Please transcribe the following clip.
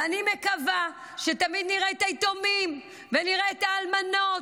ואני מקווה שתמיד נראה את היתומים ונראה את האלמנות,